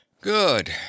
Good